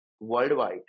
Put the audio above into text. worldwide